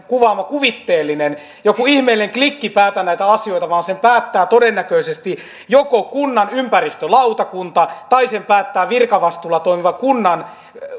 kuvaamanne kuvitteellinen joku ihmeellinen klikki päätä näitä asioita vaan sen päättää todennäköisesti kunnan ympäristölautakunta tai sen päättää virkavastuulla toimiva kunnan